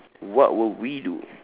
what would we do